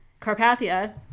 Carpathia